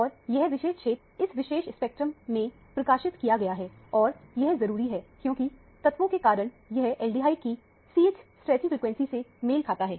और यह विशेष क्षेत्र इस विशेष स्पेक्ट्रम में प्रकाशित किया गया है और यह जरूरी है क्योंकि तत्वों के कारण यह एल्डिहाइड की CH स्ट्रैचिंग फ्रिकवेंसी से मेल खाता है